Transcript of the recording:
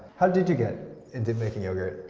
how did you get into making yogurt?